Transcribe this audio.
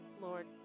Lord